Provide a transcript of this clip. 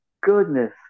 goodness